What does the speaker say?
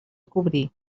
cobrir